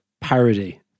parody